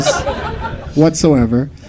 whatsoever